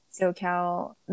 SoCal